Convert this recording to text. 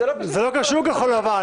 זה לא קשור לכחול לבן.